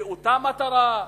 לאותה מטרה,